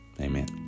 Amen